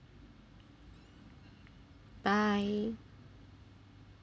bye